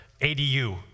ADU